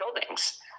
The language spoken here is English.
buildings